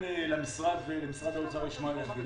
למשרד וגם למשרד האוצר מה לומר.